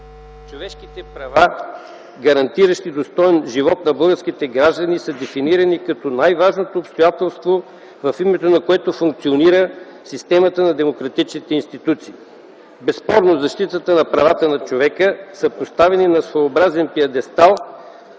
Човешките права, гарантиращи достоен живот на българските граждани, са дефинирани като най-важното обстоятелство, в името на което функционира системата на демократичните институции. Безспорно защитата на правата на човека е поставена на своеобразен пиедестал